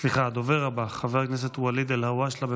חבר הכנסת ואליד אלהואשלה.